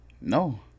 No